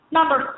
Number